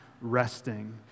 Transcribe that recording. resting